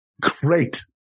Great